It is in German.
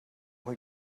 auch